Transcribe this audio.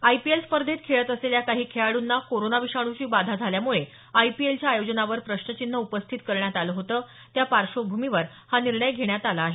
IPL स्पर्धेत खेळत असलेल्या काही खेळाडूंना कोरोना विषाणूची बाधा झाल्यामुळे आयपीएलच्या आयोजनावर प्रश्नचिन्ह उपस्थित करण्यात आलं होतं त्या पार्श्वभूमीवर हा निर्णय घेण्यात आला आहे